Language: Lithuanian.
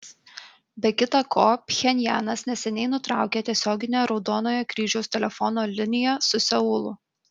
be kita ko pchenjanas neseniai nutraukė tiesioginę raudonojo kryžiaus telefono liniją su seulu